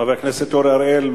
חבר הכנסת אורי אריאל,